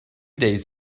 days